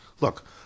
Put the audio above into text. Look